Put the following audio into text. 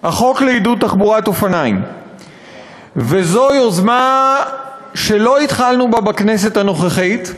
החוק לעידוד תחבורת אופניים הוא יוזמה שלא התחלנו בה בכנסת הנוכחית.